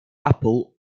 apple